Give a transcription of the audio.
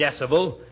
Decibel